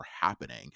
happening